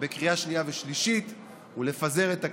בקריאה שנייה ושלישית ונפזר את הכנסת.